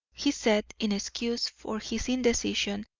he said, in excuse for his indecision,